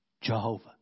Jehovah